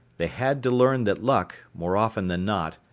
they had to learn that luck, more often than not,